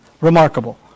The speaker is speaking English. Remarkable